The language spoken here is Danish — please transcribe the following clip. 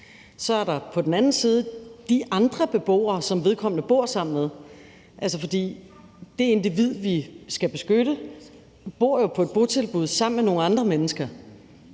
Så er der på den anden side de andre beboere, som vedkommende bor sammen med. For det individ, vi skal beskytte, bor jo på et botilbud sammen med nogle andre mennesker.